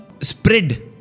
spread